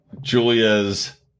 Julia's